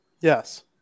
Yes